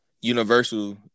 Universal